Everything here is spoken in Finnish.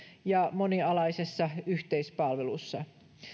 ja monialaisessa yhteispalvelussa